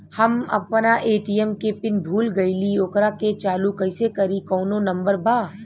हम अपना ए.टी.एम के पिन भूला गईली ओकरा के चालू कइसे करी कौनो नंबर बा?